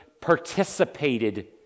participated